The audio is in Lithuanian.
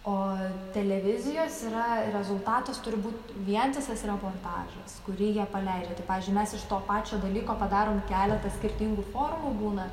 o televizijos yra rezultatas turi būt vientisas reportažas kurį jie paleidžia tai pavyzdžiui mes iš to pačio dalyko padarom keleta skirtingų formų būna